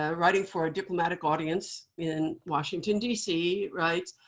ah writing for a diplomatic audience in washington dc, writes,